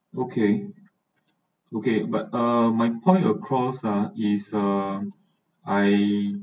okay okay but uh my point across ah is ah I